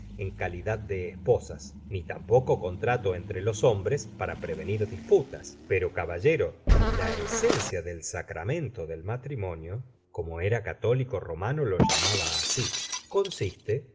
en calidad de esposas ni tampoco contrato entre los hombres para prevenir disputas pero caballero la esencia del sacramento del matrimonio como